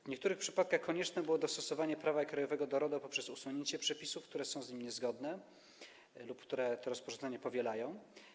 W niektórych przypadkach konieczne było dostosowanie prawa krajowego do RODO poprzez usunięcie przepisów, które były z nim niezgodne lub to rozporządzenie powielały.